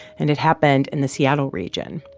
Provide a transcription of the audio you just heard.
and it happened in the seattle region.